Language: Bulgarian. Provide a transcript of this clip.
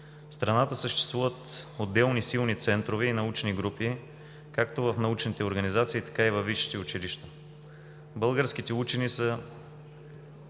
страната съществуват отделни силни центрове и научни групи както в научните организации, така и във висшите училища. Българските учени са